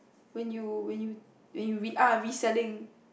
when you when you when you re~ ah reselling